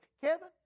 Kevin